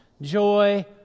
joy